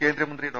കേന്ദ്രമന്ത്രി ഡോ